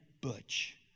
Butch